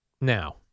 Now